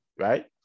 right